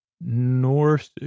north